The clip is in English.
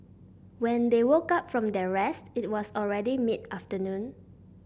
when they woke up from their rest it was already mid afternoon